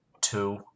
Two